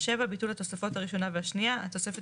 ביטול התוספות הראשונה והשנייה 7.התוספת